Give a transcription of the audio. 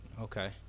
Okay